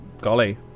Golly